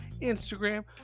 Instagram